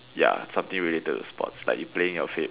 ya something related to sports like you playing your favorite